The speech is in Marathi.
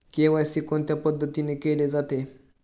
के.वाय.सी कोणत्या पद्धतीने केले जाते?